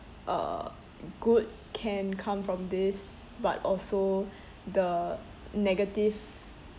uh good can come from this but also the negative